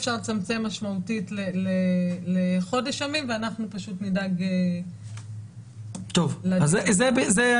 אז את זה אפשר לצמצם משמעותית לחודש ימים ואנחנו נדאג ל --- זה תנאי,